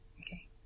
Okay